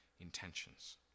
intentions